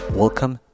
welcome